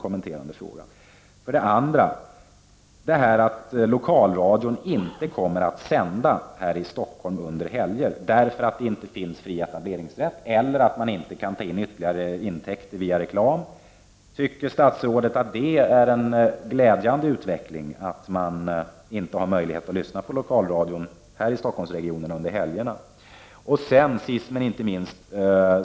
För det andra vill jag beträffande detta med att lokalradion inte kommer att sända här i Stockholm under helger därför att det inte förekommer någon fri etableringsrätt eller därför att man inte kan få in ytterligare intäkter via reklam fråga: Tycker statsrådet att det är en glädjande utveckling att man inte har möjlighet att lyssna på lokalradion här i Stockholmsregionen under helgerna? Sist men inte minst något om en annan sak.